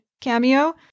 cameo